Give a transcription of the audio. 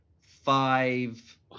five